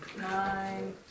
Nine